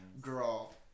Girl